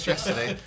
yesterday